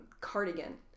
cardigan